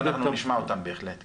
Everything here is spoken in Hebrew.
הם כאן ואנחנו נשמע אותם, בהחלט.